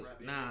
nah